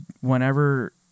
whenever